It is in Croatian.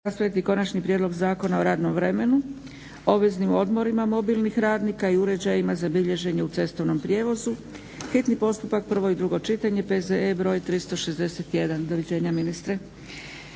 (SDP)** Konačni prijedlog zakona o radnom vremenu, obveznim odmorima mobilnih radnika i uređajima za bilježenje u cestovnom prijevozu, bio je to hitni postupak, prvo i drugo čitanje, PZE br. 361. Rasprava o tekstu